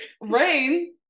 rain